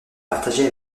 partagée